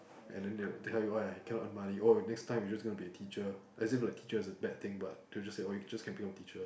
and then they will tell you why I cannot earn money oh next time you're just gonna be a teacher as if like teacher is a bad thing but they'll just say oh you can just can become a teacher